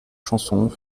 chansons